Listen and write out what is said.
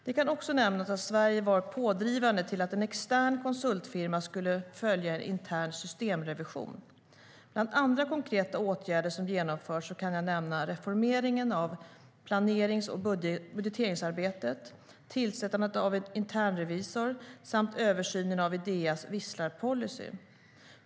Det kan också nämnas att Sverige var pådrivande till att en extern konsultfirma skulle följa en intern systemrevision. Bland andra konkreta åtgärder som genomförts kan jag nämna reformeringen av planerings och budgeteringsarbetet, tillsättandet av en internrevisor samt översynen av Ideas visslarpolicy.